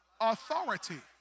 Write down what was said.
authority